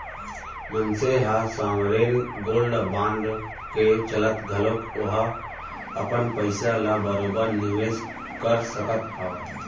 मनसे ह sovereign gold bond के चलत घलोक ओहा अपन पइसा ल बरोबर निवेस कर सकत हावय